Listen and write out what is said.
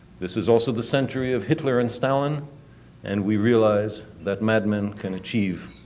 this is also the century of hitler and stalin and we realized that madmen can achieve